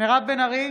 מירב בן ארי,